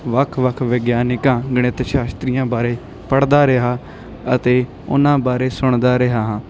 ਵੱਖ ਵੱਖ ਵਿਗਿਆਨਿਕਾਂ ਗਣਿਤ ਸ਼ਾਸਤਰੀਆਂ ਬਾਰੇ ਪੜ੍ਹਦਾ ਰਿਹਾ ਅਤੇ ਉਹਨਾਂ ਬਾਰੇ ਸੁਣਦਾ ਰਿਹਾ ਹਾਂ